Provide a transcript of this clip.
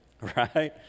Right